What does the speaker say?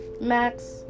max